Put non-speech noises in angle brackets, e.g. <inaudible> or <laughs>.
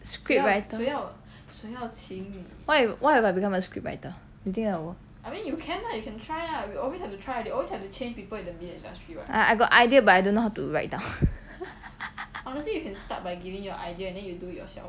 script writer what if what if I become a script writer you think that will work I I I got idea but I don't know how to write down <laughs>